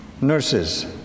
nurses